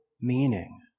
meaning